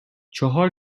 چهار